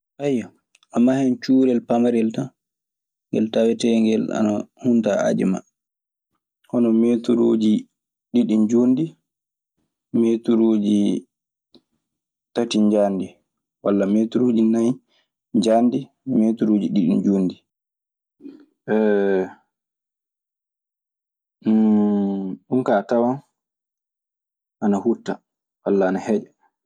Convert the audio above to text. a mahan cuurel paamrel tan. Ngel taweteengel ana humta haaju maa. Hono meeturuuji ɗiɗi njuutndi, meturuuji tati njaajndi, walla ,meturuuji nay njaajndi, meeturuuji ɗiɗi njuutndi. Ɗun kaa a tawan ana hutta walla ana heƴa.